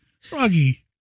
Froggy